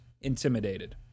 intimidated